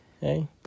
Hey